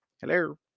hello